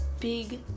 big